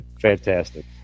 Fantastic